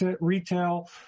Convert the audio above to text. retail